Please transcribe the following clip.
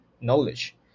knowledge